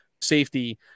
Safety